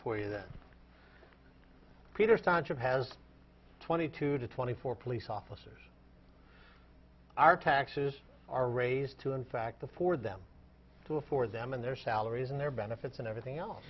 for you then peter sonship has twenty two to twenty four police officers our taxes are raised to in fact the for them to afford them and their salaries and their benefits and everything else